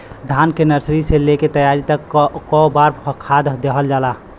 धान के नर्सरी से लेके तैयारी तक कौ बार खाद दहल जाला?